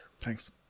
Thanks